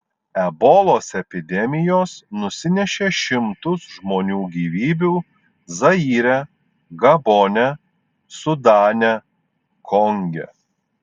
ebolos epidemijos nusinešė šimtus žmonių gyvybių zaire gabone sudane konge